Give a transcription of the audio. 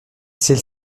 celle